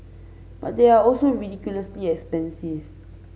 but they are also ridiculously expensive